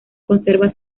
conserva